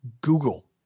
Google